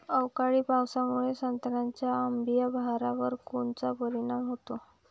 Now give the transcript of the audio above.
अवकाळी पावसामुळे संत्र्याच्या अंबीया बहारावर कोनचा परिणाम होतो?